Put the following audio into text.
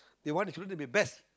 they want their children to be best